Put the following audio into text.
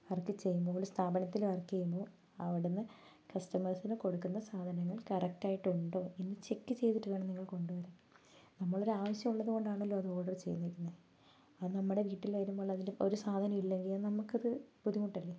work ചെയ്യുമ്പോൾ ഒരു സ്ഥാപനത്തിൽ വർക്ക് ചെയ്യുമ്പോൾ അവിടെനിന്ന് കസ്റ്റമേഴ്സിനു കൊടുക്കുന്ന സാധനങ്ങൾ കറക്റ്റായിട്ട് ഉണ്ടോ എന്ന് ചെക്ക് ചെയ്തിട്ടുവേണം നിങ്ങൾ കൊണ്ടുവരാൻ നമ്മൾ ഒരാവശ്യം ഉള്ളതുകൊണ്ടാണല്ലോ അത് ഓർഡർ ചെയ്തിരുന്നത് അത് നമ്മുടെ വീട്ടിൽ വരുമ്പോൾ അതിൻ്റെ ഒരു സാധനം ഇല്ലെങ്കിൽ അത് നമുക്കത് ബുദ്ധിമുട്ടല്ലേ